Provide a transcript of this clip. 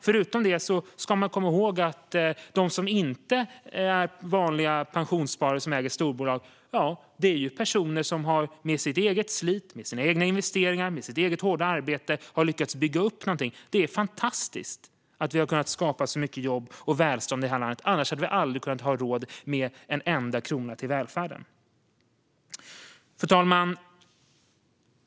Förutom det ska man komma ihåg att de som inte är vanliga pensionssparare och som äger storbolag är personer som med sitt eget slit, sina egna investeringar och sitt eget hårda arbete har lyckats bygga upp någonting. Det är fantastiskt att vi har lyckats få så många jobb och så mycket välstånd i vårt land, annars hade vi aldrig haft råd med en enda krona till välfärden. Fru talman!